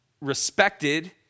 respected